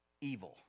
evil